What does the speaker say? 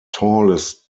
tallest